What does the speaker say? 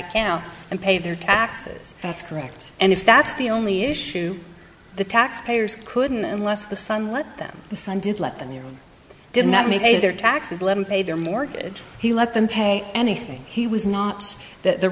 account and pay their taxes that's correct and if that's the only issue the tax payers couldn't unless the son let them the son did let the near him did not make their taxes let him pay their mortgage he let them pay anything he was not that the